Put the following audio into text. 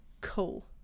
cool